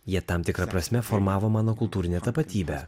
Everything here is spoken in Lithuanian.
jie tam tikra prasme formavo mano kultūrinę tapatybę